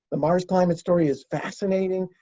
the mars climate story is fascinating.